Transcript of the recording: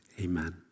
Amen